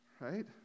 right